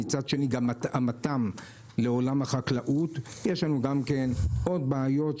מצד שני התאמתם לעולם החקלאות יש לנו עוד בעיות,